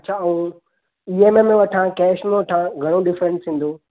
अछा ऐं E M I में वठां कैश में वठां घणो डिफ्रैन्स ईंदो